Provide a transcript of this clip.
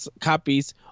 copies